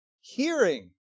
Hearing